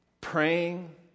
praying